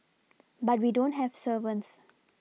but we don't have servants